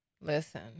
Listen